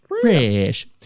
Fresh